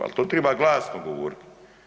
Ali to treba glasno govoriti.